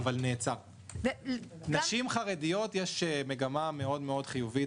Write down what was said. בקרב נשים חרדיות יש מגמה חיובית